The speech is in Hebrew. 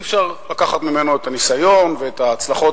אי-אפשר לקחת ממנו את הניסיון ואת ההצלחות